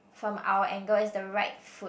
from our angle is the right foot